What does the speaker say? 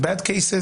זה בעיית Cases,